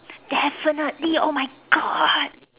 definitely oh my God